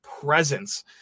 presence